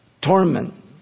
torment